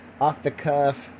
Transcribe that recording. off-the-cuff